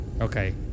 Okay